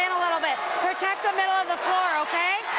a little bit protect the middle of the court okay